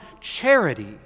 charity